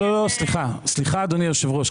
סליחה אדוני היושב ראש.